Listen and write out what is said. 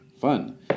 Fun